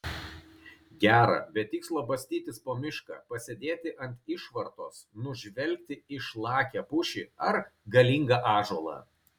gera be tikslo bastytis po mišką pasėdėti ant išvartos nužvelgti išlakią pušį ar galingą ąžuolą